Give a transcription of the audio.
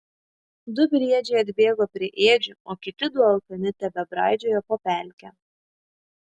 du briedžiai atbėgo prie ėdžių o kiti du alkani tebebraidžiojo po pelkę